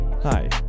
Hi